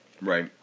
Right